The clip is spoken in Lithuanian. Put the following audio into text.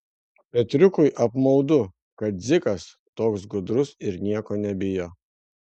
petriukui apmaudu kad dzikas toks gudrus ir nieko nebijo